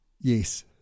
Yes